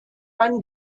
man